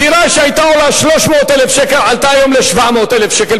דירה שהיתה עולה 300,000 שקל עלתה היום ל-700,000 שקל,